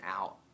out